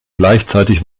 gleichzeitig